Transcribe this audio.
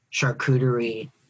charcuterie